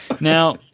Now